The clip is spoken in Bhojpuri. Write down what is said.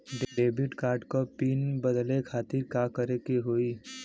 डेबिट कार्ड क पिन बदले खातिर का करेके होई?